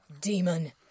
Demon